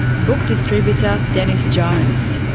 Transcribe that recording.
book distributor, dennis jones.